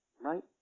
right